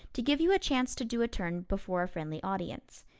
to give you a chance to do a turn before a friendly audience.